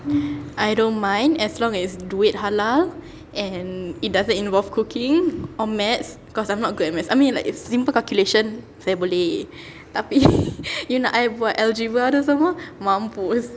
I don't mind as long duit halal and it doesn't involve cooking or maths because I'm not good at maths I mean like if simple calculation saya boleh tapi you nak I buat algebra tu semua mampus